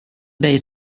dig